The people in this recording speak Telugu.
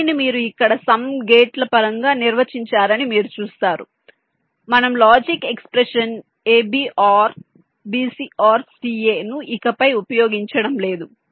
క్యారీని మీరు ఇక్కడ సమ్ గేట్ల పరంగా నిర్వచించారని మీరు చూస్తారు మనం logic expression ab OR bc OR ca ను ఇకపై ఉపయోగించడంలేదు